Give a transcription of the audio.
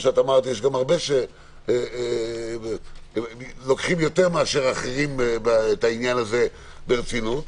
יש אנשים שלוקחים יותר מאחרים את העניין הזה ברצינות,